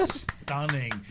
stunning